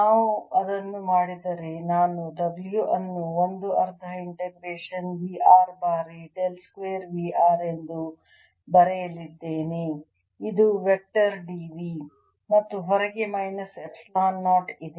ನಾವು ಅದನ್ನು ಮಾಡಿದರೆ ನಾನು W ಅನ್ನು ಒಂದು ಅರ್ಧ ಇಂಟಿಗ್ರೇಷನ್ V r ಬಾರಿ ಡೆಲ್ ಸ್ಕ್ವೇರ್ V r ಎಂದು ಬರೆಯಲಿದ್ದೇನೆ ಇದು ವೆಕ್ಟರ್ dV ಮತ್ತು ಹೊರಗೆ ಮೈನಸ್ ಎಪ್ಸಿಲಾನ್ 0 ಇದೆ